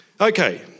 Okay